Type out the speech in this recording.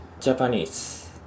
Japanese